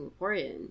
singaporean